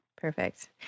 Perfect